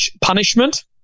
Punishment